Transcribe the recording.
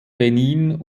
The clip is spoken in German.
benin